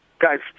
Guys